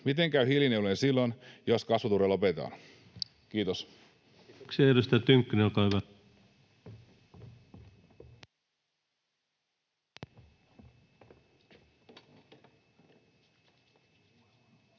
Miten käy hiilinielujen silloin, jos kasvuturve lopetetaan? — Kiitos.